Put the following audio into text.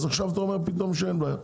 אז עכשיו אתה אומר פתאום שאין בעיה.